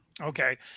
Okay